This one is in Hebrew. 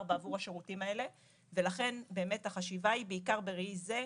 בעבור השירותים האלה ולכן באמת החשיבה היא בעיקר בראי זה,